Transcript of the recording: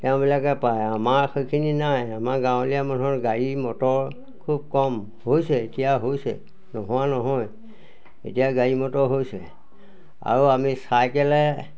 তেওঁবিলাকে পায় আমাৰ সেইখিনি নাই আমাৰ গাঁৱলীয়া মানুহৰ গাড়ী মটৰ খুব কম হৈছে এতিয়া হৈছে নোহোৱা নহয় এতিয়া গাড়ী মটৰ হৈছে আৰু আমি চাইকেলেৰে